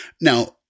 Now